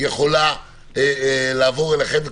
יכולה לעבור אליכם,